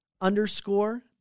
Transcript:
underscore